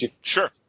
Sure